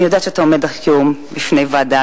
אני יודעת שאתה עומד היום בפני ועדה